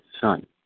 Son